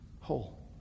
whole